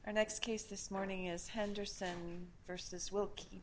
next case this morning is henderson versus will keep